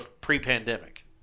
pre-pandemic